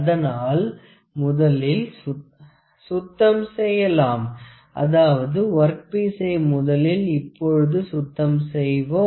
அதனால் முதலில் சுத்தம் செய்யலாம் அதாவது ஒர்க் பீசை முதலில் இப்பொழுது சுத்தம் செய்வோம்